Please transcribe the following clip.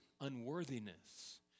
unworthiness